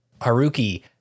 Haruki